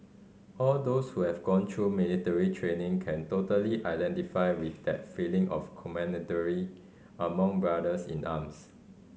all those who have gone through military training can totally identify with that feeling of camaraderie among brothers in arms